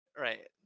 Right